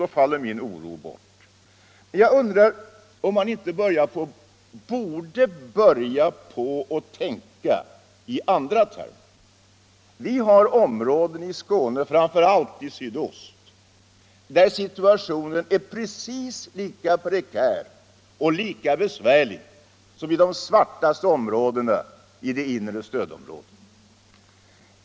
Då faller min oro bort, men jag undrar om man inte borde börja på att tänka i andra termer. Vi har områden i Skåne, framför allt i sydost, där situationen är precis lika prekär som i de svartaste områdena i det inre stödområdet.